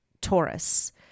Taurus